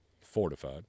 Fortified